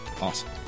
Awesome